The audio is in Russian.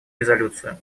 резолюцию